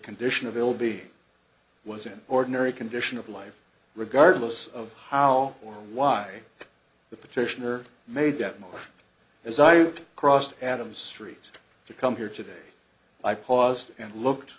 condition of ill be was in ordinary condition of life regardless of how or why the petitioner made that mark as i crossed adam's street to come here today i paused and looked